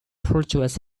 fortress